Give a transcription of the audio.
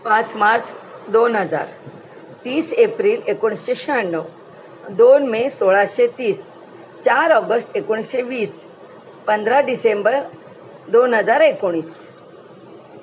पाच मार्च दोन हजार तीस एप्रिल एकोणीसशे शहाण्णव दोन मे सोळाशे तीस चार ऑगस्ट एकोणीसशे वीस पंधरा डिसेंबर दोन हजार एकोणीस